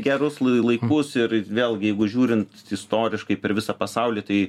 gerus lai laikus ir vėlgi jeigu žiūrint istoriškai per visą pasaulį tai